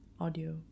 audio